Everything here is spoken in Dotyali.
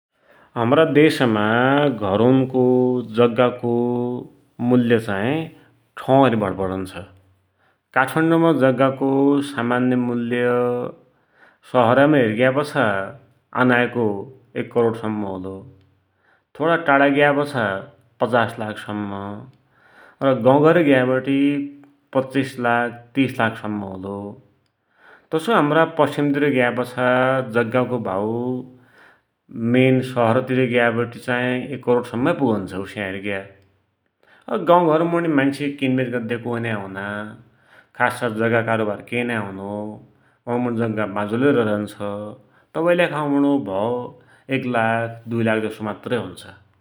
हमरा देशमा घरुनको जग्गाको मूल्य चाहि ठौ हेरि भर पडुन्छ । काठमांडौमा जग्गाको सामान्य मूल्य सहर माइ हेरिग्यापाछा आनाको एक करोड सम्म होलो, थोडा टाढा गयापाछा पचास लाख सम्म, र गौघर ग्या वटी पच्चिस लाख, तीस लाख सम्म होलो, तसोइ हमरा पश्चिमतिर ग्या वटे जग्गाको भाउ मेन सहरतिर ग्यावटी चाही एक करोड सम्मै पुगुन्छ उस्याइ हेरिग्या, गौघर मुणी मान्सु किनवेच गद्दाकी कोइ नाइ हुना, खासै जग्गा कारोवार केन हुनो, वा मुण जग्गा वाँझोलै रैरन्छ, तवैकिलेखा वाँ मुणो भौ एक लाख दुइ लाख जसो मात्र हुन्छ ।